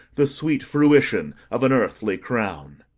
the sweet fruition of an earthly crown.